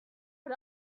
but